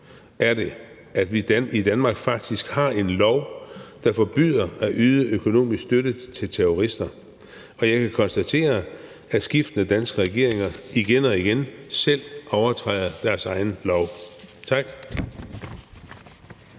er det, at vi i Danmark faktisk har en lov, der forbyder at yde økonomisk støtte til terrorister, og jeg kan konstatere, at skiftende danske regeringer igen og igen selv overtræder deres egen lov. Tak.